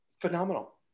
Phenomenal